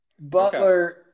Butler